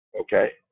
okay